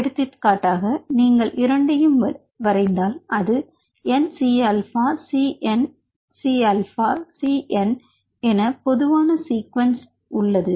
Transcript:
எடுத்துக்காட்டாக நீங்கள் இரண்டையும் வரைந்தால் அது N C alpha C N C alpha C N என பொதுவான சீக்குவன்ஸ் உள்ளது